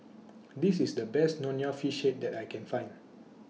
This IS The Best Nonya Fish Head that I Can Find